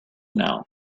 now